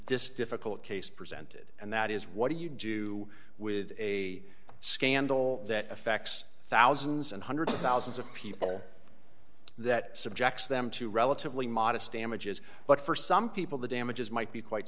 this difficult case presented and that is what do you do with a scandal that affects thousands and hundreds of thousands of people that subjects them to relatively modest damages but for some people the damages might be quite